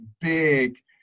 big